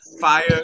fire